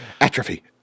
Atrophy